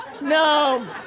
No